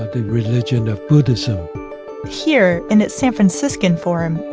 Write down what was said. the religion of buddhism here, in its san franciscan form,